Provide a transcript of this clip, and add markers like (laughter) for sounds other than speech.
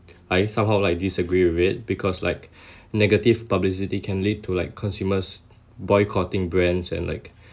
I I somehow like disagree with it because like (breath) negative publicity can lead to like consumers boycotting brands and like